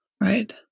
Right